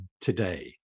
today